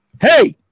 Hey